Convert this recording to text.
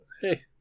Hey